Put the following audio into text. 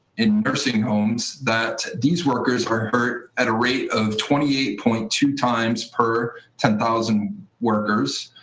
in nursing homes that these workers are hurt at a rate of twenty eight point two times per ten thousand workers.